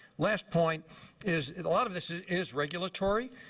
last point is is a lot of this is is regulatory.